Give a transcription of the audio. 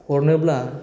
हरनोब्ला